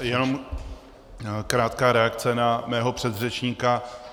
Jenom krátká reakce na mého předřečníka.